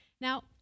Now